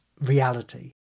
reality